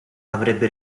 avrebbe